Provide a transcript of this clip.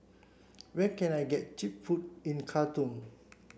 where can I get cheap food in Khartoum